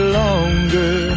longer